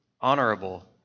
honorable